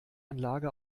anlage